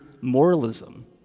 Moralism